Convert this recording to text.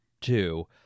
two